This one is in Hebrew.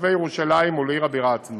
לתושבי ירושלים ולעיר הבירה עצמה.